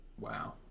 Wow